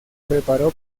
preparó